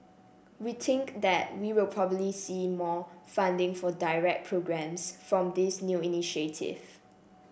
we think that we will probably see more funding for direct programmes from this new initiative